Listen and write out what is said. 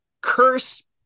Curse